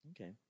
Okay